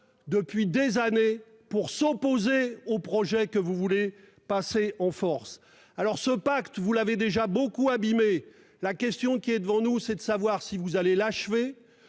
tout le pays -, pour s'opposer au projet que vous voulez passer en force. Ce pacte, vous l'avez déjà beaucoup abîmé. La question qui est devant nous est de savoir si vous allez l'achever